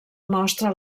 mostra